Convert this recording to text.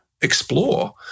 explore